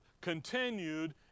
continued